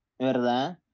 ¿verdad